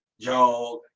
jog